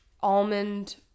Almond